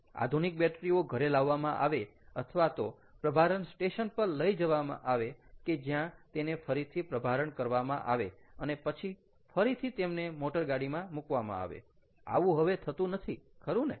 આધુનિક બેટરી ઓ ઘરે લાવવામાં આવે અથવા તો પ્રભારણ સ્ટેશન પર લઈ જવામાં આવે કે જ્યાં તેને ફરીથી પ્રભારણ કરવામાં આવે અને પછી ફરીથી તેમને મોટરગાડીમાં મૂકવામાં આવે આવું હવે થતું નથી ખરું ને